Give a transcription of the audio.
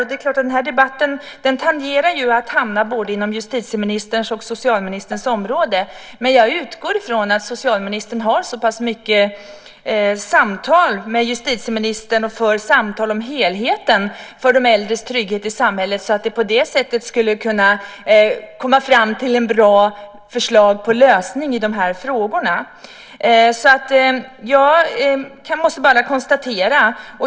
Det är klart att den här debatten tenderar att hamna inom både justitieministerns och socialministerns områden, men jag utgår ifrån att socialministern har så pass mycket samtal med justitieministern och för samtal om helheten för de äldres trygghet i samhället att man på det sättet skulle kunna komma fram till ett bra förslag på lösning i de här frågorna.